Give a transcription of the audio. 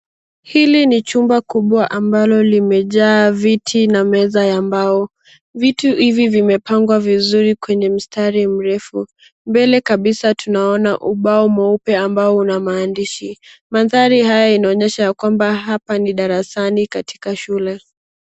Hili ni chumba kubwa ambalo limejaa viti na meza ya mbao. Vitu hivi vimepangwa vizuri kwenye mstari mrefu. Mbele kabisa tunaona ubao mweupe ambao una maandishi. Mandhari hayo inaonyesha ya kwamba hapa ni darasani katika shule.